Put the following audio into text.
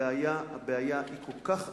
הבעיה היא כל כך עמוקה,